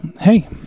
hey